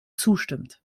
zustimmt